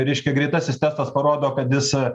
reiškia greitasis testas parodo kad jis